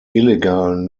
illegalen